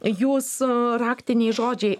jūsų raktiniai žodžiai